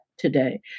today